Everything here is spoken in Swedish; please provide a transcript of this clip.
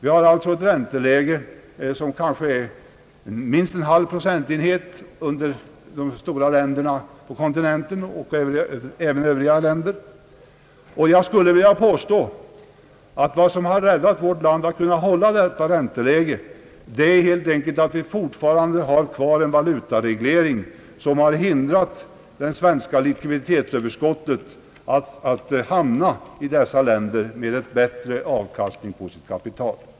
Vi har ett ränteläge som kanske är minst en halv procentenhet under de stora kontinentala ländernas och även övriga länders. Jag skulle vilja påstå att vad som hjälpt oss att hålla detta ränteläge är helt enkelt att vi fortfarande har kvar en valutareglering som hindrat det svenska likviditetsöverskottet att hamna i dessa länder som har en bättre avkastning på sitt kapital.